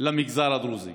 למגזר הדרוזי.